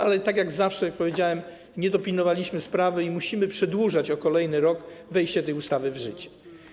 Ale tak jak zawsze, jak powiedziałem, nie dopilnowaliśmy sprawy i musimy przedłużać o kolejny rok wejście tej ustawy w życie.